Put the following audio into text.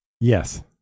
Yes